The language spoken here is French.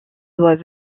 doit